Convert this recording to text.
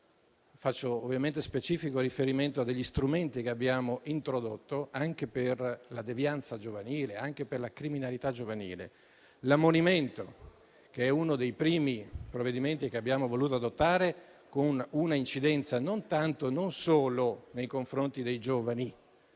faccio specifico riferimento ad alcuni strumenti che abbiamo introdotto per la devianza e la criminalità giovanile. Vi è l'ammonimento, che è uno dei primi provvedimenti che abbiamo voluto adottare, con un'incidenza non tanto e non solo nei confronti dei giovani,